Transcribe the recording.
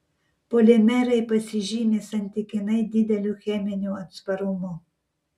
polimerai pasižymi santykinai dideliu cheminiu atsparumu